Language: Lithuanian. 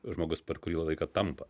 žmogus per kurį laiką tampa